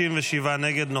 67 נגד.